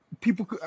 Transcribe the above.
people